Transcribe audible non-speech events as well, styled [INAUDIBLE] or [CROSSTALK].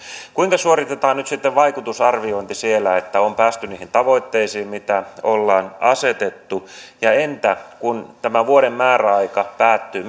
kuinka suoritetaan nyt sitten vaikutusarviointi siellä että on päästy niihin tavoitteisiin mitä ollaan asetettu ja entä kun tämä vuoden määräaika päättyy [UNINTELLIGIBLE]